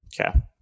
Okay